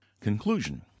Conclusion